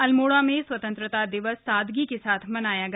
अल्मोड़ा में स्वतंत्रता दिवस सादगी के साथ मनाया गया